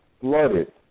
flooded